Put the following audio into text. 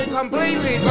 completely